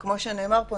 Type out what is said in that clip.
וכמו שנאמר פה,